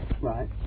Right